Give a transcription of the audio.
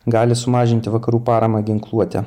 gali sumažinti vakarų paramą ginkluote